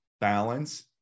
balance